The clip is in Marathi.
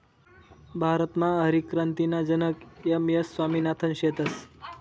भारतमा हरितक्रांतीना जनक एम.एस स्वामिनाथन शेतस